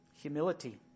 Humility